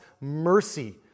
mercy